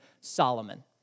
Solomon